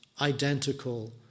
identical